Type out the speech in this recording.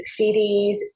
CDs